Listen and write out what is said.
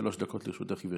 שלוש דקות לרשותך, גברתי.